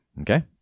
okay